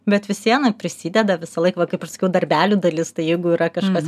bet vis viena prisideda visąlaik va kaip ir sakiau darbelių dalis tai jeigu yra kažkas